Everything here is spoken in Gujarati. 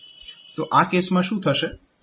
તો આ કેસમાં શું થશે